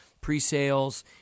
Pre-sales